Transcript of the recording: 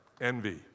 Envy